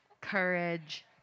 Courage